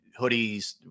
hoodies